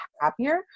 happier